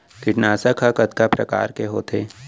कीटनाशक ह कतका प्रकार के होथे?